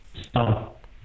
stop